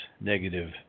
negative